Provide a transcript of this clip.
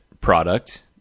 product